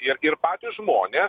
ir ir patys žmonės